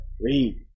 Read